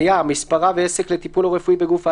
מספרה ועסק לטיפול לא רפואי בגוף האדם,